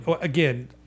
again